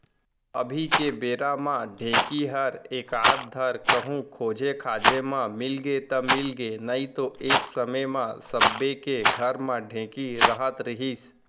अभी के बेरा म ढेंकी हर एकाध धर कहूँ खोजे खाजे म मिलगे त मिलगे नइतो एक समे म सबे के घर म ढेंकी रहत रहिस